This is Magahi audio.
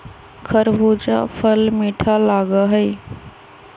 खरबूजा फल मीठा लगा हई